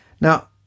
Now